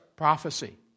Prophecy